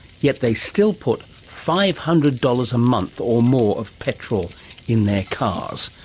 yet they still put five hundred dollars a month or more of petrol in their cars,